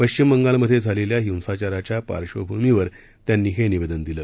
पश्चिम बंगालमधे झालेल्या हिसाचाराच्या पार्श्वभूमीवर त्यांनी हे निवेदन दिलं